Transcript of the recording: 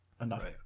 enough